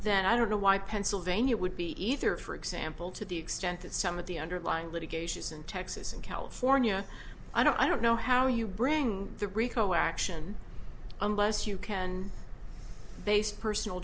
then i don't know why pennsylvania would be either for example to the extent that some of the underlying litigation is in texas and california and i don't know how you bring the rico action unless you can base personal